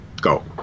go